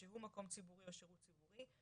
שהוא מקום ציבורי או שירות ציבורי,